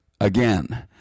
again